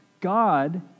God